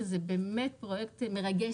שזה באמת פרויקט מרגש,